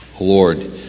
Lord